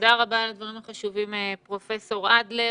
תודה רבה על הדברים החשובים, פרופ' אדלר.